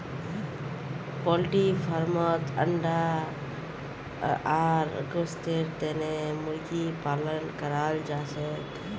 poultry फार्मत अंडा आर गोस्तेर तने मुर्गी पालन कराल जाछेक